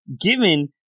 given